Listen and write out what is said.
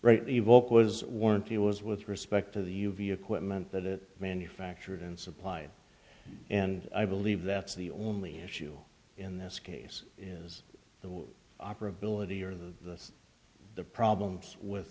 rightly evoke was warranty was with respect to the u v equipment that it manufactured and supply and i believe that's the only issue in this case is the one operability or the the problems with